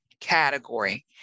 category